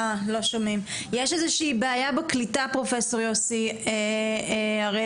יש איזושהי בעיה בקליטה פרופסור יוסי הראל-פיש,